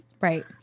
Right